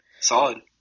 solid